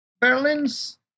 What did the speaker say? Berlin's